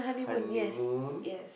honeymoon